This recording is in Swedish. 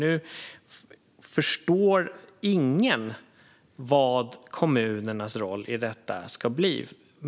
Nu förstår ingen vad kommunernas roll i detta ska bli.